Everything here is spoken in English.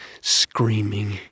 screaming